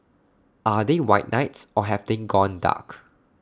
are they white knights or have they gone dark